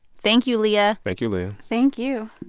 thank you, leah thank you, leah thank you